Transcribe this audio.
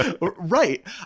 Right